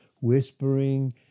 whispering